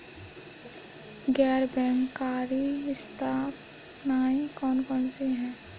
गैर बैंककारी संस्थाएँ कौन कौन सी हैं?